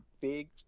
big